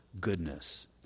goodness